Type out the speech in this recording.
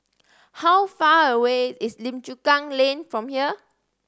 how far away is Lim Chu Kang Lane from here